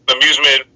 amusement